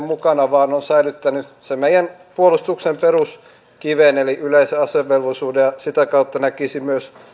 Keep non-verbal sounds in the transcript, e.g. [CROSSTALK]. [UNINTELLIGIBLE] mukana vaan on säilyttänyt sen meidän puolustuksen peruskiven eli yleisen asevelvollisuuden ja sitä kautta näkisin myös